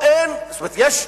שיש,